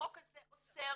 החוק הזה אוסר,